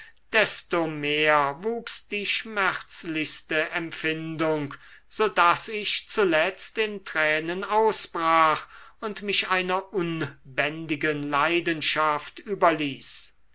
desto mehr wuchs die schmerzlichste empfindung so daß ich zuletzt in tränen ausbrach und mich einer unbändigen leidenschaft überließ